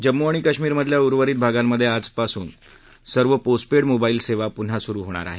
जम्मू आणि काश्मीरमधल्या उर्वरित भागांमध्ये आज दुपारपासून सर्व पोस्टपेड मोबाईल सेवा पुन्हा सुरु होणार आहेत